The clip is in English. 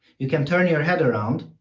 you can turn your head around,